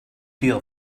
deal